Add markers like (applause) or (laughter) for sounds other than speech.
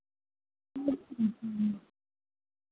(unintelligible)